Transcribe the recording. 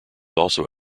also